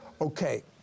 Okay